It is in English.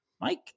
Mike